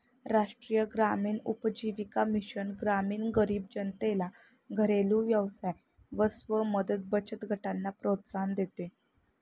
राष्ट्रीय ग्रामीण उपजीविका मिशन ग्रामीण गरीब जनतेला घरेलु व्यवसाय व स्व मदत बचत गटांना प्रोत्साहन देते